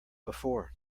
before